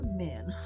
men